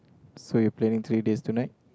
so you planning three days two night